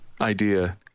idea